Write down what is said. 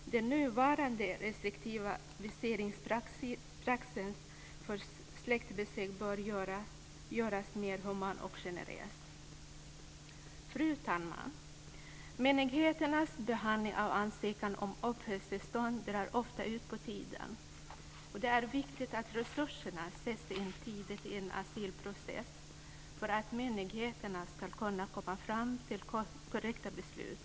Den nuvarande viseringspraxisen för släktbesök bör göras mer human och generös. Fru talman! Myndigheternas behandling av ansökan om uppehållstillstånd drar ofta ut på tiden. Det är viktigt att resurserna sätts in tidigt i en asylprocess för att myndigheterna ska kunna komma fram till korrekta beslut.